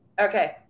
Okay